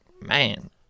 man